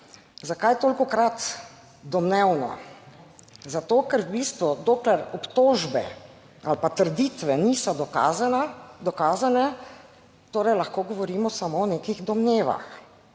Zakaj tolikokrat domnevno? Zato, ker v bistvu dokler obtožbe ali pa trditve niso dokazane, dokazane, torej lahko govorimo samo o nekih domnevah.